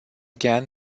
again